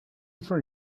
for